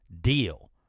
deal